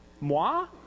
moi